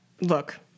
look